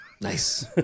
Nice